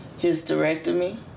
hysterectomy